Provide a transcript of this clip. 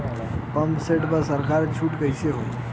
Pump set पर सरकार छूट कईसे होई?